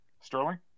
Sterling